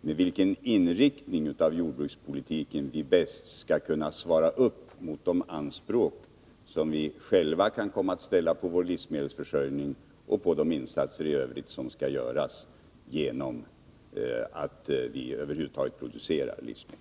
med vilken inriktning av jordbrukspolitiken vi bäst skall kunna motsvara de anspråk som vi själva kan komma att ställa på vår livsmedelsförsörjning och på de insatser i övrigt som skall göras på grund av att vi över huvud taget producerar livsmedel.